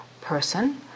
person